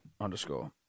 underscore